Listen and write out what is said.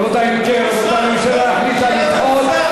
אם כן, רבותי, הממשלה החליטה לדחות.